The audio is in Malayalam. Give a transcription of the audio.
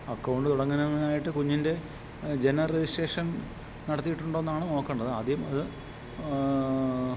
അക്കൗണ്ട് തുടങ്ങാനായിട്ട് കുഞ്ഞിൻ്റെ ജനന രജിസ്ട്രേഷൻ നടത്തിയിട്ടുണ്ടോന്നാണ് നോക്കേണ്ടത് ആദ്യം അത്